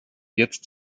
jetzt